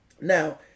Now